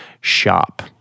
shop